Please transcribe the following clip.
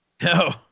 No